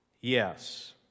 Yes